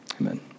amen